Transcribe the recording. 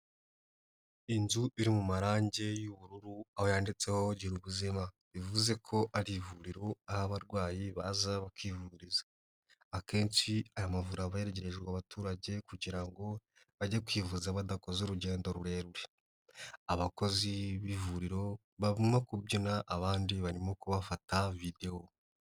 Inzu iri mu marange y'ubururu aho yanditseho Gira ubuzima bivuze ko ari ivuriro aho abarwayi baza bakivuriza akenshi aya mavuriro aba yegerejwe abaturage kugira ngo bajye kwivuza badakoze urugendo rurerure, abakozi b'ivuriro barimo kubyina abandi barimo kubafata videwo.